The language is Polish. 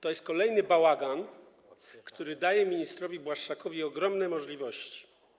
To jest kolejny bałagan, który daje ministrowi Błaszczakowi ogromne możliwości.